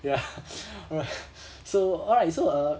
ya alright so alright so err